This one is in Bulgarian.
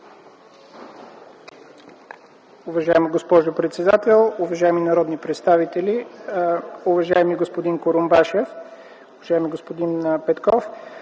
Уважаема госпожо председател, уважаеми народни представители! Уважаеми господин Курумбашев, уважаеми господин Петков,